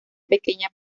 pequeña